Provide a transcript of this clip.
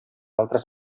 altre